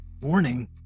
Warning